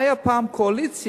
היתה פעם קואליציה,